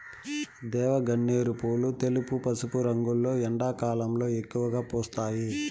దేవగన్నేరు పూలు తెలుపు, పసుపు రంగులో ఎండాకాలంలో ఎక్కువగా పూస్తాయి